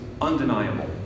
undeniable